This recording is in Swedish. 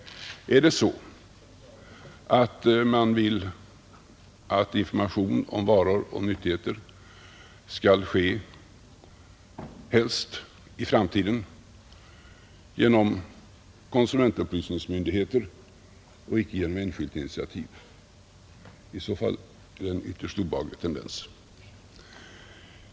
Vill man att informationen om varor och nyttigheter i framtiden helst skall ske genom konsumentupplysningsmyndigheter och icke genom enskilt initiativ? I så fall är det en ytterst obehaglig tendens.